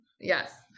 Yes